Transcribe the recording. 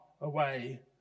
away